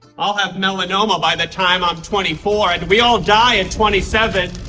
i'll have melanoma by the time i'm twenty four and we all die at twenty seven,